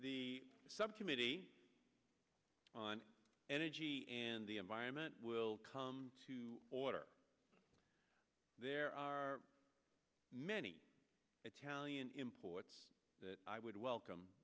the subcommittee on energy and the environment will come to order there are many italian imports that i would welcome